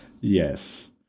Yes